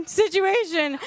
situation